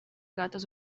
gatos